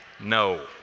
no